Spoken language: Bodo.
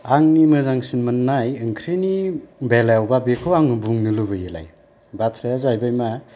आंनि मोजांसिन मोननाय ओंख्रिनि बेलायावबा बेखौ आङो बुंनो लुबैयोलाय बाथ्राया जाहैबाय मा